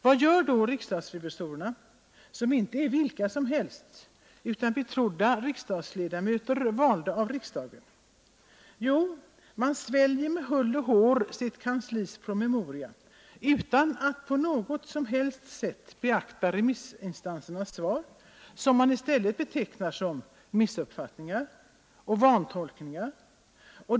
Vad gör då riksdagsrevisorerna, som inte är vilka som helst utan betrodda riksdagsledamöter, valda av riksdagen? Jo, man sväljer med hull och hår sitt kanslis promemoria utan att på något som helst sätt beakta remissinstansernas svar, som man i stället betecknar som ”missuppfattningar” och ”vantolkningar”.